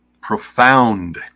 profound